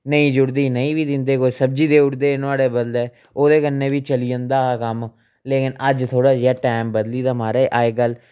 नेईं जुड़दी ही नेईं बी दिंदे हे कोई सब्जी देई उड़दे हे नुआढ़े बदलै ओह्दे कन्नै बी चली जंदा हा कम्म लेकिन अज्ज थोह्ड़ा जेहा टैम बदली गेदा महाराज अज्जकल